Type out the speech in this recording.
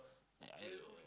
I